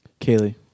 Kaylee